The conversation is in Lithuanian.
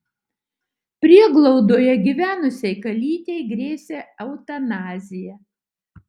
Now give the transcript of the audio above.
prieglaudoje gyvenusiai kalytei grėsė eutanazija